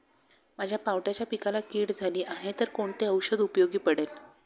माझ्या पावट्याच्या पिकाला कीड झाली आहे तर कोणते औषध उपयोगी पडेल?